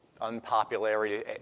Unpopularity